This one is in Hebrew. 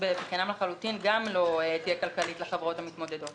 גם שכירות בחינם לחלוטין לא תהיה כלכלית לחברות המתמודדות.